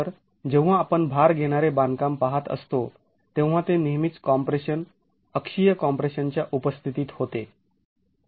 तर जेव्हा आपण भार घेणारे बांधकाम पाहत असतो तेव्हा ते नेहमीच कॉम्प्रेशन अक्षीय कॉम्प्रेशन च्या उपस्थित होते